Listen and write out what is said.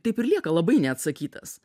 taip ir lieka labai neatsakytas